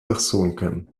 versunken